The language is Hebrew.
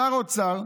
שר אוצר,